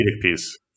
piece